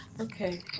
Okay